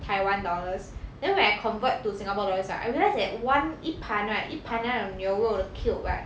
taiwan dollars then when I convert to singapore dollars right I realised that one 一盘 right 一盘那种牛肉的 cube right